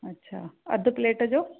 अच्छा अधि प्लेट जो